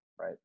Right